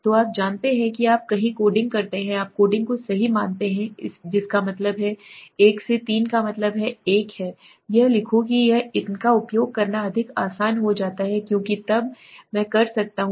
तो आप जानते हैं कि आप कहीं कोडिंग करते हैं आप कोडिंग को सही मानते हैं जिसका मतलब है 1 से 3 का मतलब 1 है यह लिखो कि यह इनका उपयोग करना अधिक आसान हो जाता है क्योंकि तब मैं कर सकता हूँ